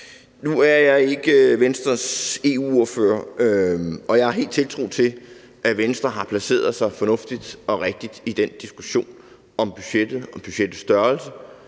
Nu er jeg ikke Venstres EU-ordfører, og jeg har helt tiltro til, at Venstre har placeret sig fornuftigt og rigtigt i diskussionen om budgettet, om